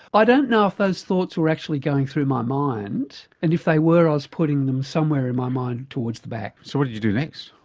i don't know if those thoughts were actually going through my mind and if they were i was putting them somewhere in my mind towards the back. so what did you do next?